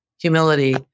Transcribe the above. humility